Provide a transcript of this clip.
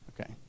Okay